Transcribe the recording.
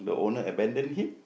the owner abandon him